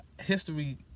history